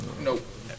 Nope